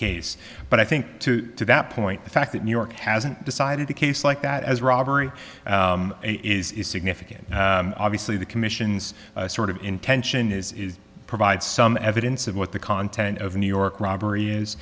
case but i think to that point the fact that new york hasn't decided the case like that as robbery is significant obviously the commission's sort of intention is is provide some evidence of what the content of new york robbery is